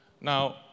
Now